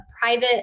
private